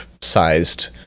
sized